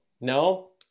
No